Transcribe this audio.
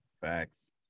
Facts